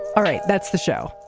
all right that's the show.